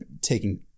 taking